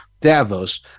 Davos